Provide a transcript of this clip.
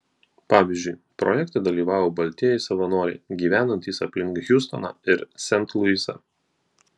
pavyzdžiui projekte dalyvavo baltieji savanoriai gyvenantys aplink hjustoną ir sent luisą